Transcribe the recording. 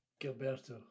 Gilberto